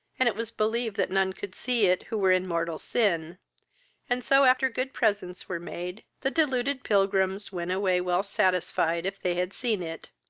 and it was believed that none could see it who were in mortal sin and so, after good presents were made, the deluded pilgrims went away well satisfied if they had seen it.